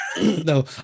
No